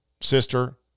sister